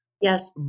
Yes